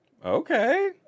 okay